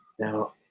Now